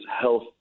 health